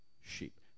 sheep